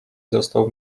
został